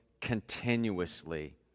continuously